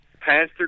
Pastor